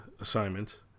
assignment